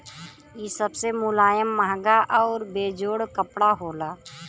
इ सबसे मुलायम, महंगा आउर बेजोड़ कपड़ा होला